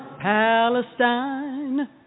Palestine